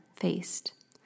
Faced